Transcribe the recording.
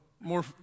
more